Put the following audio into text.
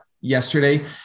yesterday